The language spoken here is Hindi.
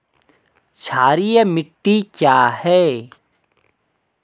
क्षारीय मिट्टी क्या है?